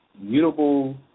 mutable